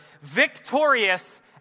victorious